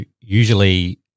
usually